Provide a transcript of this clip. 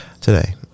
Today